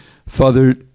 Father